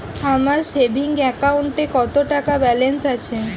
আমার সেভিংস অ্যাকাউন্টে কত টাকা ব্যালেন্স আছে?